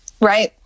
Right